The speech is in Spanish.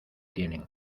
tienen